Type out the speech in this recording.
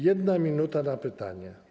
1 minuta na pytanie.